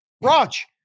Raj